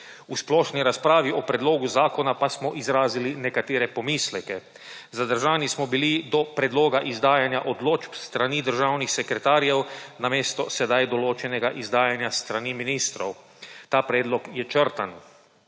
V splošni razpravi o predlogu zakona pa smo izrazili nekatere pomisleke, zadržani smo bili do predloga izdajanja odločb s strani državnih sekretarjev namesto sedaj določenega izdajanja s strani ministrov. Ta predlog je črtan.